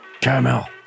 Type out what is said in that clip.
Caramel